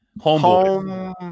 Home